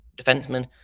defenseman